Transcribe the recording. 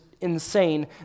insane